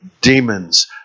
demons